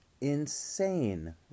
insane